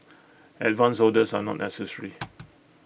advance orders are not necessary